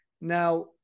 Now